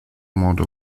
mode